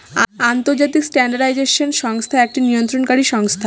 আন্তর্জাতিক স্ট্যান্ডার্ডাইজেশন সংস্থা একটি নিয়ন্ত্রণকারী সংস্থা